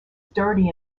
dirty